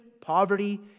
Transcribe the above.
poverty